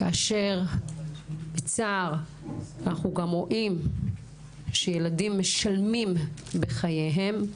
כאשר בצער אנו גם רואים שילדים משלמים בחייהם.